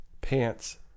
pants